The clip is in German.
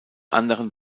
anderen